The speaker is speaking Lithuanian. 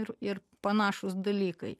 ir ir panašūs dalykai